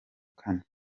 kane